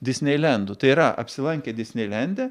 disneilendu tai yra apsilankė disneilende